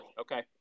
Okay